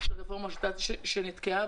רפורמה שנתקעה,